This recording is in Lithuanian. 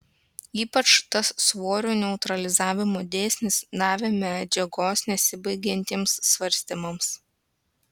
ypač tas svorio neutralizavimo dėsnis davė medžiagos nesibaigiantiems svarstymams